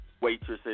waitresses